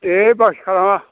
ए बाखि खालामा